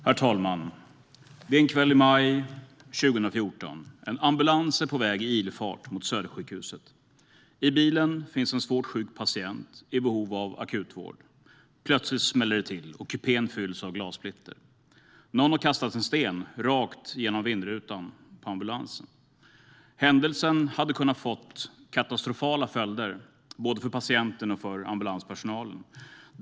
Herr talman! Det är en kväll i maj 2014. En ambulans är på väg i ilfart mot Södersjukhuset. I bilen finns en svårt sjuk patient i behov av akutvård. Plötsligt smäller det till, och kupén fylls av glassplitter. Någon har kastat en sten rakt genom vindrutan på ambulansen. Händelsen hade kunnat få katastrofala följder, både för patienten och för ambulanspersonalen.